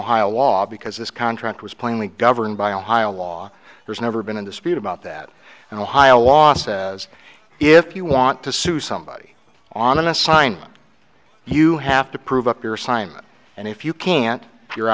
ohio law because this contract was plainly governed by ohio law there's never been a dispute about that and ohio law says if you want to sue somebody on an assignment you have to prove up your sign and if you can't you're